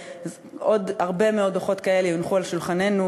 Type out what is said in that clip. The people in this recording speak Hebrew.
ועוד הרבה מאוד דוחות כאלה יונחו על שולחננו,